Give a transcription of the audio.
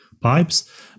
pipes